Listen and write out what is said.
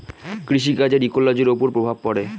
কৃষি কাজের ইকোলোজির ওপর প্রভাব পড়ে